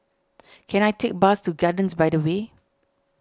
can I take a bus to Gardens by the Bay